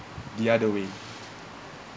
the other way